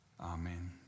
Amen